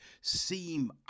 seem